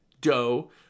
Doe